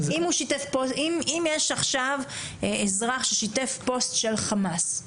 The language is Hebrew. אם יש עכשיו אזרח ששיתף פוסט של חמאס,